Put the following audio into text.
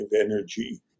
energy